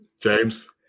James